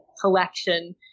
collection